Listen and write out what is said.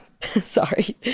Sorry